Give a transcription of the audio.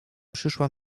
przyszła